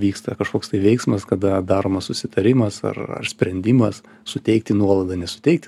vyksta kažkoks tai veiksmas kada daromas susitarimas ar ar sprendimas suteikti nuolaidą nesuteikti